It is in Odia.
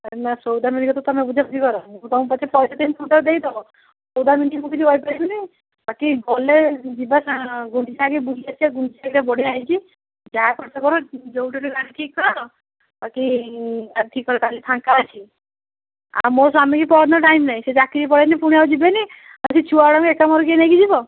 ଏ ନା ସୌଦାମିନିରେ ତ ତମେ ବୋଧେ ମୁ ତାଙ୍କୁ ପଛେ ପଇସା ଦେମି ତମେ ତାକୁ ଦେଇଦେବ ସୌଦାମିନିକୁ ମୁଁ କିଛି କହିପାରିବିନି ବାକି ଗଲେ ଯିବା ଗୁଣ୍ଡିଚାଘାଇ ବୁଲି ଆସିବା ଗୁଣ୍ଡିଚାଘାଇଟା ବଢ଼ିଆ ହେଇଛି ଯାହା ଖର୍ଚ୍ଚ କର ଯେଉଁଠୁ ହେଲେ ଗାଡ଼ିଟା ଠିକ୍ କର ଆଣିକି କର ବାକି ଗାଡ଼ି ଠିକ୍ କର କାଲି ଫାଙ୍କା ଅଛି ଆଉ ମୋ ସ୍ୱାମୀକି ପରଦିନ ଟାଇମ୍ ନାଇ ସିଏ ଚାକିରିକୁ ପଳେଇନେ ପୁଣି ଆଉ ଯିବେନି ଆଉ ସେ ଛୁଆଗୁଡ଼ାଙ୍କୁ ଏକା ମୋର କିଏ ନେଇକିଯିବ